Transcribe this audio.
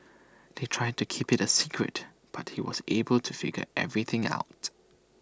they tried to keep IT A secret but he was able to figure everything out